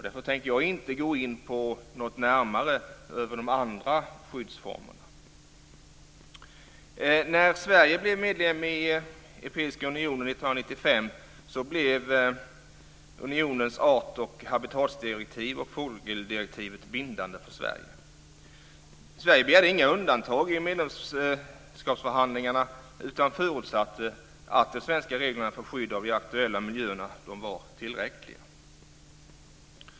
Därför tänker jag inte gå in närmare på de andra skyddsformerna. 1995 så blev unionens art och habitatdirektiv och fågeldirektivet bindande för Sverige. Sverige begärde inga undantag i medlemskapsförhandlingarna, utan förutsatte att de svenska reglerna för skydd av de aktuella miljöerna var tillräckliga.